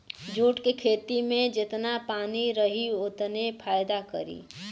jute के खेती में जेतना पानी रही ओतने फायदा करी